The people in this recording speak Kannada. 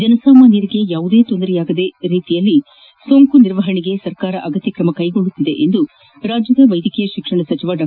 ಜನಸಾಮಾನ್ಯರಿಗೆ ತೊಂದರೆಯಾಗದ ರೀತಿಯಲ್ಲಿ ಸೋಂಕು ನಿರ್ವಹಣೆಗೆ ಸರ್ಕಾರ ಅಗತ್ಯ ಕ್ರಮ ಕೈಗೊಳ್ಳುತ್ತಿದೆ ಎಂದು ವೈದ್ಯಕೀಯ ಶಿಕ್ಷಣ ಸಚಿವ ಡಾ